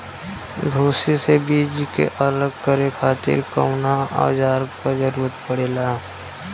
भूसी से बीज के अलग करे खातिर कउना औजार क जरूरत पड़ेला?